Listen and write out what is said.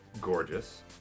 Gorgeous